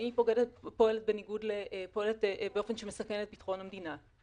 האם היא פועלת באופן שמסכן את ביטחון המדינה;